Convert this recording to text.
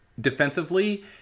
defensively